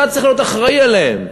אתה צריך להיות אחראי להם.